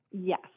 Yes